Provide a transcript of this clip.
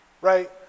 right